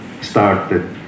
started